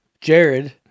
Jared